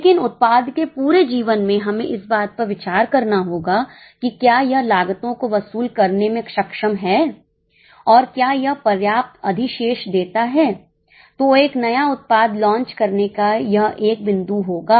लेकिन उत्पाद के पूरे जीवन में हमें इस पर विचार करना होगा कि क्या यह लागतों को वसूल करने में सक्षम है और क्या यह पर्याप्त अधिशेष देता है तो एक नया उत्पाद लॉन्च करने का यह एक बिंदु होगा